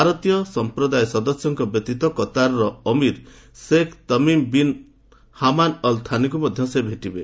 ଭାରତୀୟ ସଂପ୍ରଦାୟ ସଦସ୍ୟଙ୍କ ବ୍ୟତୀତ କତାରର Amir Sheikh Tamim bin Hamad Al ଥାନିଙ୍କୁ ମଧ୍ୟ ସେ ଭେଟିବେ